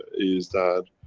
is that,